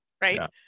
Right